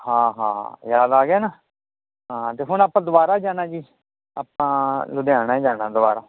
ਹਾਂ ਹਾਂ ਯਾਦ ਆ ਗਿਆ ਨਾ ਹਾਂ ਤੇ ਹੁਣ ਆਪਾਂ ਦੁਆਰਾ ਜਾਣਾ ਜੀ ਆਪਾਂ ਲੁਧਿਆਣੇ ਜਾਣਾ ਦੁਆਰਾ